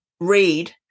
read